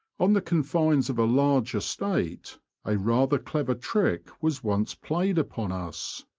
on the confines of a large estate a rather clever trick was once played upon us.